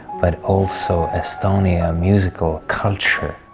but also estonia musical culture.